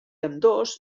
ambdós